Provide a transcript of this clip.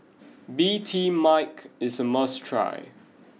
Bee Tai Mak is a must try